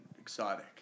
exotic